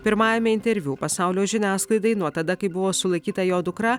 pirmajame interviu pasaulio žiniasklaidai nuo tada kai buvo sulaikyta jo dukra